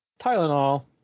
Tylenol